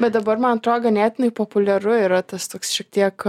bet dabar man atro ganėtinai populiaru yra tas toks šiek tiek